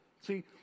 see